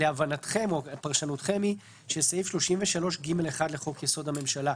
פרשנותכם היא שסעיף 33(ג)(1) לחוק-יסוד הממשלה,